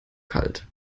kalt